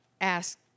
ask